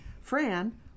Fran